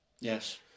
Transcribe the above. Yes